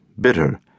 bitter